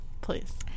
Please